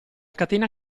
catena